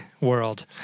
world